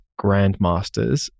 grandmasters